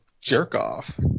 jerk-off